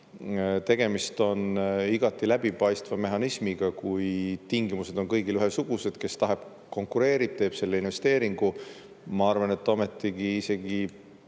tegemist on igati läbipaistva mehhanismiga, kui tingimused on kõigil ühesugused. Kes tahab, konkureerib, teeb selle investeeringu. Ma arvan, et ometigi isegi